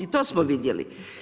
I to smo vidjeli.